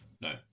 no